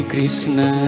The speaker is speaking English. Krishna